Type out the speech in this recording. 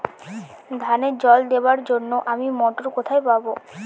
ধানে জল দেবার জন্য আমি মটর কোথায় পাবো?